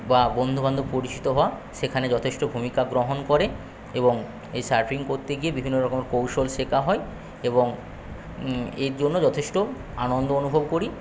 বা বন্ধুবান্ধব পরিচিত হওয়া সেখানে যথেষ্ট ভূমিকা গ্রহণ করে এবং এই সার্ফিং করতে গিয়ে বিভিন্ন রকম কৌশল শেখা হয় এবং এর জন্য যথেষ্ট আনন্দ অনুভব করি